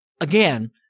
again